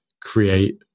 create